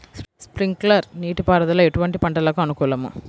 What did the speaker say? Sprinkler నీటిపారుదల ఎటువంటి పంటలకు అనుకూలము?